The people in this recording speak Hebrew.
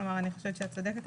אני חושבת שאת צודקת.